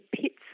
pits